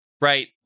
right